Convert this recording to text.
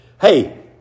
Hey